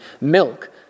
milk